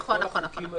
לאחרונה כן.